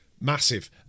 massive